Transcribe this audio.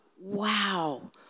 wow